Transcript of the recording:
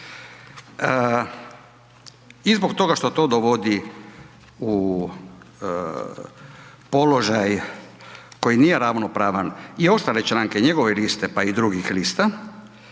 zbog toga što to dovodi u položaj koji nije ravnopravan i ostale članke i njegove liste, pa i drugih lista,